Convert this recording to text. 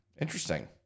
interesting